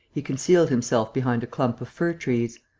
he concealed himself behind a clump of fir-trees.